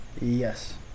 Yes